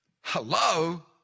Hello